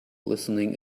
listening